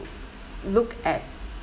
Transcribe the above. look at